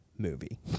movie